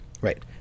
right